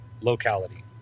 locality